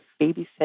babysit